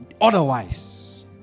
otherwise